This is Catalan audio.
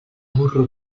burro